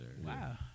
Wow